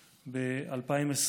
ב-2020,